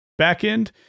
backend